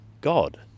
God